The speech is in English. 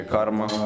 Karma